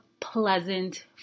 pleasant